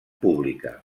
pública